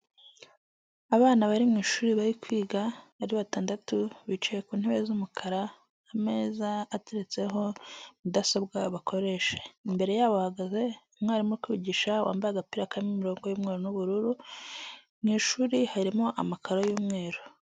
Abana bari mu ishuri bari kwiga ari batandatu bicaye ku ntebe z'umukara, ameza ateretseho mudasobwa bakoresha, imbere yabo hahagaze umwarimu uri kubigisha wambaye agapira karimo imirongo y'umweru n'ubururu mu ishuri harimo amakaro y'umweru.